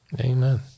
Amen